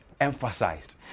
emphasized